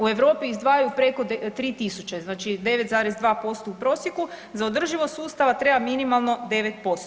U Europi izdvajaju preko 3 tisuće, znači 9,2% u prosjeku, za održivost sustava treba minimalno 9%